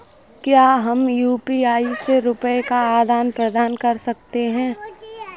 क्या हम यू.पी.आई से रुपये का आदान प्रदान कर सकते हैं?